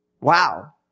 Wow